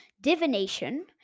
divination